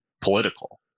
political